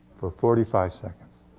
for forty five seconds.